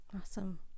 Awesome